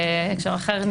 בהקשר אחר.